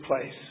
place